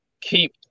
keep